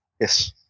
Yes